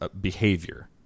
behavior